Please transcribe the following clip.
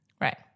Right